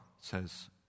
says